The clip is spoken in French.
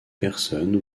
personnes